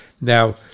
now